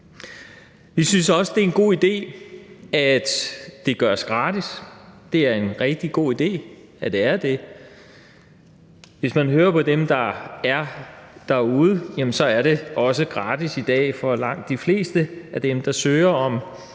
Vi synes også, det er en god idé, at det gøres gratis. Hvis man hører, hvad folk derude fortæller, så er det også gratis i dag for langt de fleste af dem, der søger om